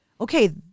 okay